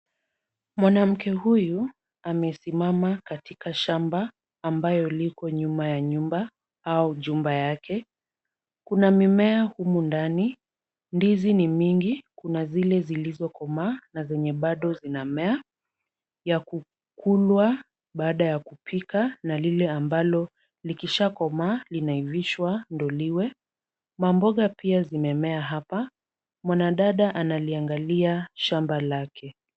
Mwanamke huyu amesimama katika shamba ambayo liko nyuma ya nyumba au jumba yake. Kuna mimea humu ndani, ndizi ni mingi, kuna zile zilizokomaa na zenye bado zinamea, ya kukulwa baada ya kupika na lile ambalo likisha komaa linaivishwa ndio lilwe. Ma mboga pia zimemea hapa. Mwanadada analiangalia shamba lake.